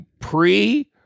pre